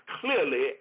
clearly